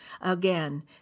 Again